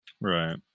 Right